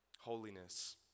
holiness